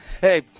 Hey